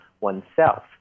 oneself